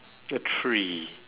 a tree